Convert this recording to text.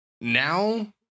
Now